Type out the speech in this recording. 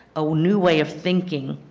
a new way of thinking,